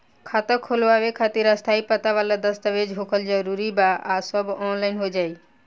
खाता खोलवावे खातिर स्थायी पता वाला दस्तावेज़ होखल जरूरी बा आ सब ऑनलाइन हो जाई?